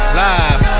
live